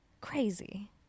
Crazy